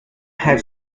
had